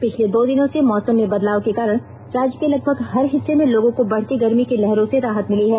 पिछले दो दिनों से मौसम में बदलाव के कारण राज्य के लगभग हर हिस्से में लोगों को बढ़ती गर्मी की लहरों से राहत मिली है